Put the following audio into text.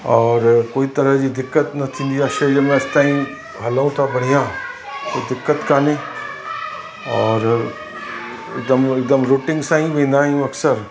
और कोई तरह जी दिक़त न थींदी आहे शरीर में अॼु ताईं हलो था बढ़िया दिक़त कोन्हे और हिकदमि हिकदमि रूटीन सां ई वेंदा आहियूं अकसर